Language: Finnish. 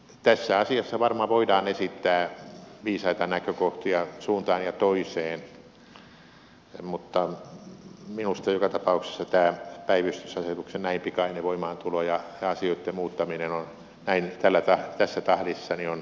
tässä asiassa varmaan voidaan esittää viisaita näkökohtia suuntaan ja toiseen mutta minusta joka tapauksessa tämä päivystysasetuksen näin pikainen voimaantulo ja asioitten muuttaminen tässä tahdissa on hätiköity ratkaisu